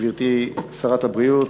גברתי שרת הבריאות,